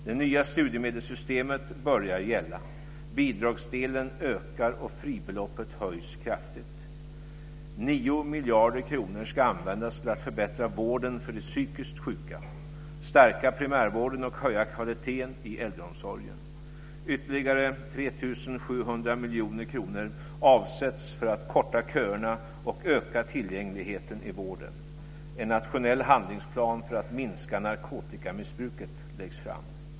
Det nya studiemedelssystemet börjar gälla. Bidragsdelen ökar, och fribeloppet höjs kraftigt. 9 miljarder kronor ska användas till att förbättra vården för de psykiskt sjuka, stärka primärvården och höja kvaliteten i äldreomsorgen. Ytterligare 3 700 miljoner kronor avsätts för att korta köerna och öka tillgängligheten i vården. En nationell handlingsplan för att minska narkotikamissbruket läggs fram.